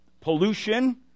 pollution